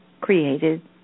created